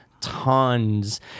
tons